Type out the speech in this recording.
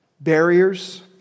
barriers